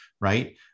right